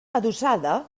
adossada